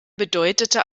bedeutete